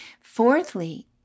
Fourthly